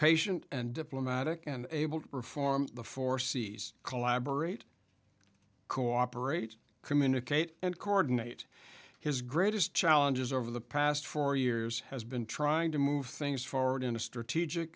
patient and diplomatic and able to perform the foresees collaborate cooperate communicate and coordinate his greatest challenges over the past four years has been trying to move things forward in a strategic